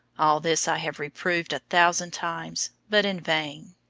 all this i have reproved a thousand times, but in vain.